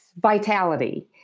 vitality